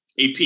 AP